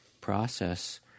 process